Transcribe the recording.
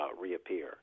reappear